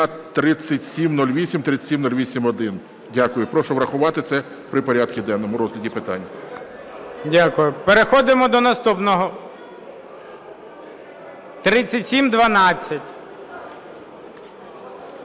3708, 3708-1. Дякую. Прошу врахувати це при порядку денному розгляді питань. ГОЛОВУЮЧИЙ. Дякую. Переходимо до наступного. 3712.